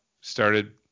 started